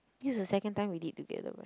this is the second time we did together right